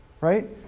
right